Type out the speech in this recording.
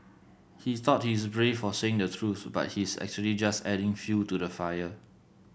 he thought he's brave for saying the truth but he's actually just adding fuel to the fire